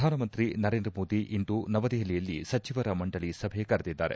ಪ್ರಧಾನ ಮಂತ್ರಿ ನರೇಂದ್ರ ಮೋದಿ ಇಂದು ನವದೆಹಲಿಯಲ್ಲಿ ಸಚಿವರ ಮಂಡಳಿ ಸಭೆ ಕರೆದಿದ್ದಾರೆ